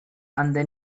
அந்த